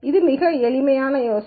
இது மிகவும் எளிமையான யோசனை